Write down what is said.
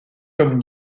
comme